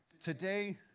Today